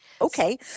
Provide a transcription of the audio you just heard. Okay